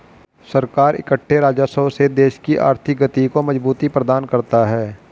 सरकार इकट्ठे राजस्व से देश की आर्थिक गति को मजबूती प्रदान करता है